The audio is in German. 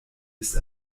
ist